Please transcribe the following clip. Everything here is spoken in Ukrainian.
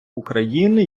україни